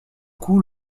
cou